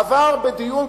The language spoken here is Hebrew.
עבר בדיון.